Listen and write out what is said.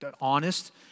honest